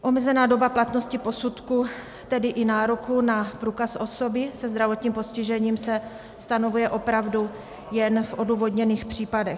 Omezená doba platnosti posudku, tedy i nároku na průkaz osoby se zdravotním postižením, se stanovuje opravdu jen v odůvodněných případech.